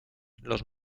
los